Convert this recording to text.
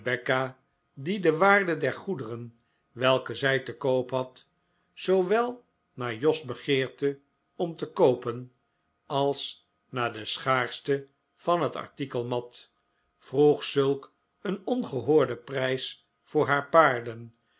die de waarde der goederen welke zij te koop had zoowel naar jos begeerte om te koopen als naar de schaarschte van het artikel mat vroeg zulk een ongehoorden prijs voor haar paarden